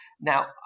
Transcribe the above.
Now